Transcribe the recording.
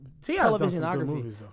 televisionography